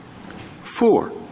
Four